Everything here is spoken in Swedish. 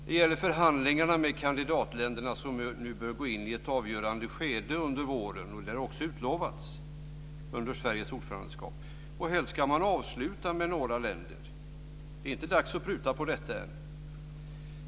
Det gäller förhandlingarna med kandidatländerna, som nu bör gå in i ett avgörande skede under våren. Det har också utlovats under Sveriges ordförandeskap. Sedan ska man avsluta dem med några länder. Det är inte dags att pruta på detta än.